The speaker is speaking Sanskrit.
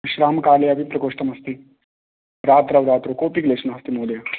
विश्रामकाले अपि प्रकोष्ठम् अस्ति रात्रौ रात्रौ कोऽपि क्लेशो नास्ति महोदयः